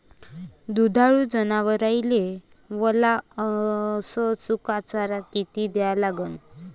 दुधाळू जनावराइले वला अस सुका चारा किती द्या लागन?